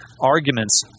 arguments